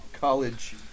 College